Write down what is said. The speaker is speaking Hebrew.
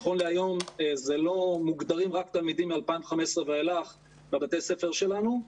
נכון להיום מוגדרים רק תלמידים מ-2015 ואילך בבתי הספר שלנו,